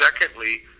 Secondly